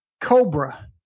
Cobra